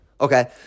okay